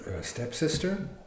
stepsister